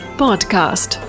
podcast